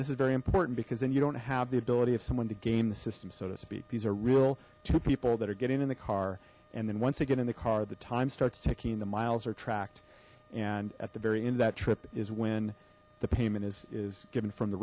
this is very important because then you don't have the ability of someone to game the system so to speak these are real to people that are getting in the car and then once they get in the car the time starts ticking in the miles are tracked and at the very end of that trip is when the payment is given from the